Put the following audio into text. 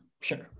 sure